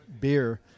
beer